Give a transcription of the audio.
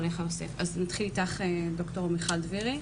נתחיל איתך, ד"ר מיכל דבירי.